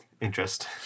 interest